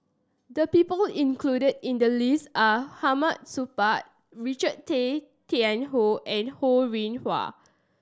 the people included in the list are Hamid Supaat Richard Tay Tian Hoe and Ho Rih Hwa